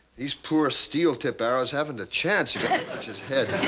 these poor steel-tipped arrows haven't a chance against lurch's head.